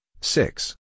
six